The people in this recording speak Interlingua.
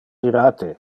irate